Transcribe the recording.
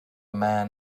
man